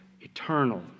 Eternal